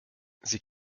sie